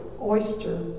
oyster